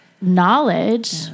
knowledge